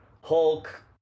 Hulk